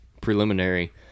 preliminary